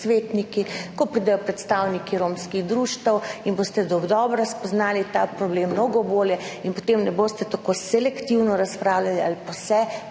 svetniki, ko pridejo predstavniki romskih društev in boste dodobra spoznali ta problem, mnogo bolje, in potem ne boste tako selektivno razpravljali ali pa